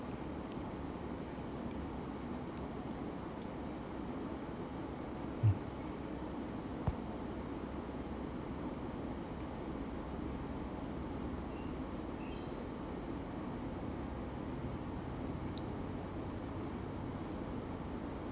hmm